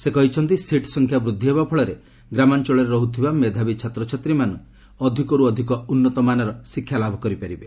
ସେ କହିଛନ୍ତି ସିଟ୍ ସଂଖ୍ୟା ବୃଦ୍ଧି ହେବା ଫଳରେ ଗ୍ରାମାଞ୍ଚଳରେ ରହୁଥିବା ମେଧାବୀ ଛାତ୍ରଛାତ୍ରୀମାନେ ଅଧିକରୁ ଅଧିକ ଉନ୍ନତମାନର ଶିକ୍ଷା ଲାଭ କରିପାରିବେ